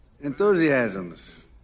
enthusiasms